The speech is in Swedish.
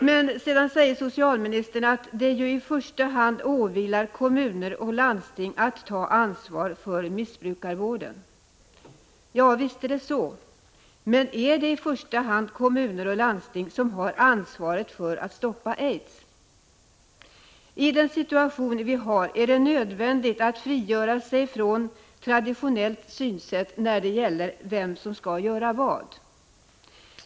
Men sedan säger socialministern att det i första hand åvilar kommuner och landsting att ta ansvar för missbrukarvården. Ja, visst är det så. Men är det kommuner och landsting som i första hand har ansvaret för att stoppa spridningen av aids? I nuvarande situation är det nödvändigt att frigöra sig från det traditionella synsättet när det gäller frågan om vem som skall göra vad.